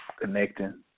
connecting